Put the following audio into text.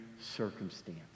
circumstance